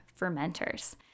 fermenters